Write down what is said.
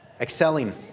excelling